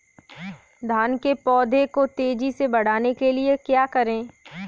धान के पौधे को तेजी से बढ़ाने के लिए क्या करें?